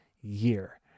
year